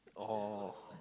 oh